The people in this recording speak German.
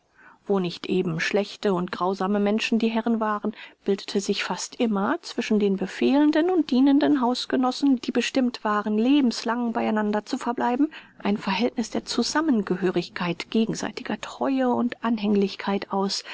wo nicht eben schlechte und grausame menschen die herren waren bildete sich fast immer zwischen den befehlenden und dienenden hausgenossen die bestimmt waren lebenslang bei einander zu verbleiben ein verhältniß der zusammengehörigkeit gegenseitiger treue und anhänglichkeit aus